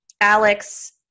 Alex